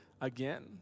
again